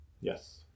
Yes